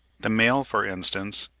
the male, for instance,